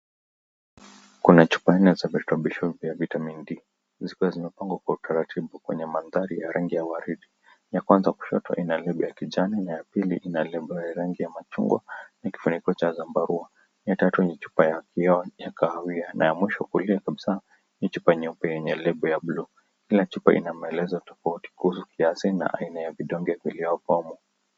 Kuna chupa nne za virutubisho vya vitamini D. Ziko zimepangwa kwa utaratibu kwenye mandhari ya rangi ya waridi. Ya kwanza kushoto ina lebo ya kijani na ya pili ina lebo ya rangi ya machungwa na kifuniko cha zambarau. Ya tatu ni chupa ya kioo ya kahawia na ya mwisho kulia kabisa ni chupa nyeupe yenye lebo ya blue . Kila chupa ina maelezo tofauti kuhusu kiasi na aina ya vidonge vilivyomo.